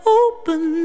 open